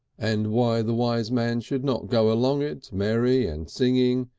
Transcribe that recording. and why the wise man should not go along it merry and singing,